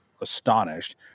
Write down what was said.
astonished